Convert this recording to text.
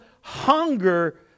hunger